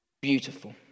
beautiful